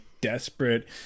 desperate